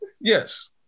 Yes